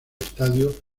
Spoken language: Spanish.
estadio